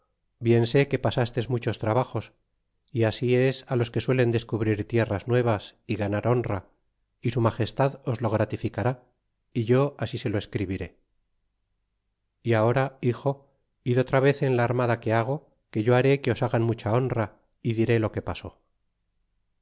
bien sé que pasastes muchos trabajos y así es los que suelen descubrir tierras nuevas y ganar honra é su magestad os lo gratificará é yo así se lo escribiré e ahora hijo id otra vez en la armada que hago que yo haré que os hagan mucha honra y diré lo que pasó